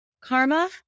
Karma